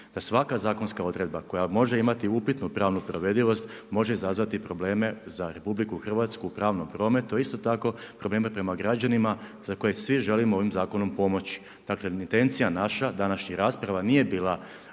da svaka zakonska odredba, koja može imati upitnu pravnu provedivost, može izazvati probleme za RH u pravnom prometu. Isto tako probleme prema građanima, za koje želimo svi ovim zakonom pomoći. Dakle, intencija naša današnjih rasprava nije bila